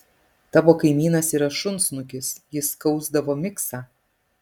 tavo kaimynas yra šunsnukis jis skausdavo miksą